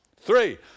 three